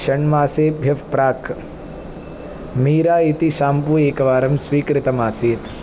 षण्मासेभ्यः प्राक् मीरा इति शाम्पू एकवारं स्वीकृतम् आसीत्